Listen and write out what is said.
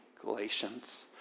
Galatians